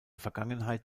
vergangenheit